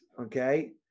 okay